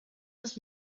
els